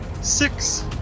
six